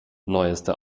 neueste